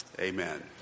amen